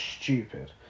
stupid